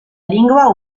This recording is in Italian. lingua